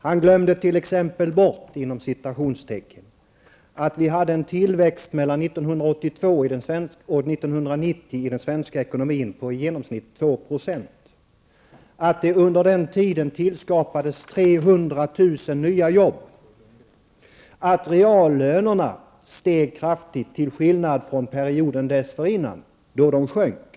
Han ''glömde bort'' att vi i den svenska ekonomin mellan 1982 och 1990 hade en tillväxt på i genomsnitt 2 %. Han ''glömde bort'' att det under den tiden skapades 300 000 nya jobb. Han ''glömde bort'' att reallönerna steg kraftigt, till skillnad från perioden dessförinnan, då de sjönk.